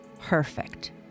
perfect